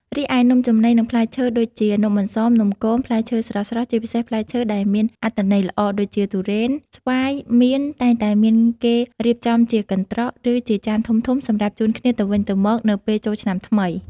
រីឯនំចំណី និងផ្លែឈើដូចជា នំអន្សម នំគម ផ្លែឈើស្រស់ៗ ជាពិសេសផ្លែឈើដែលមានអត្ថន័យល្អដូចជា ទុរេន ស្វាយ មៀន តែងតែមានគេរៀបចំជាកន្ត្រក ឬជាចានធំៗសម្រាប់ជូនគ្នាទៅវិញទៅមកនៅពេលចូលឆ្នាំថ្មី។